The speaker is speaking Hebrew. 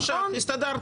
הסתדרתם.